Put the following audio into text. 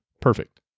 Perfect